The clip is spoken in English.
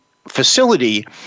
facility